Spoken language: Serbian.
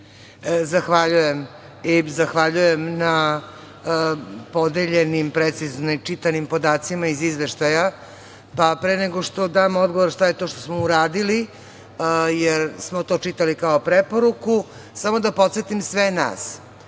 Zahvaljujem. Zahvaljujem na podeljenim i precizno čitanim podacima iz izveštaja. Pre nego što dam odgovor šta je to što smo uradili, jer smo to čitali kao preporuku, samo da podsetim sve nas,